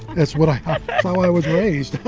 it's what i how i was raised.